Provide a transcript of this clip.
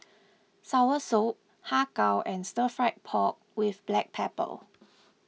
Soursop Har Kow and Stir Fry Pork with Black Pepper